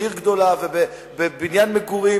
בעיר גדולה ובבניין מגורים.